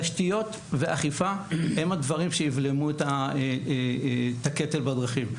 תשתיות ואכיפה הם הדברים שיבלמו את הקטל בדרכים.